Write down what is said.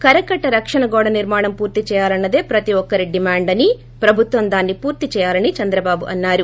కరకట్ల రక్షణ గోడ నిర్మాణం పూర్తి చేయాలన్న దే ప్రతి ఒక్కరి డిమాండ్ అనీ ప్రభుత్వం దాన్సి పూర్తి చేయాలని చంద్రబాబు అన్నారు